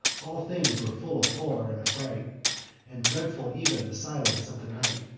all things were full of horror and affright, and dreadful ev'n the silence of the night.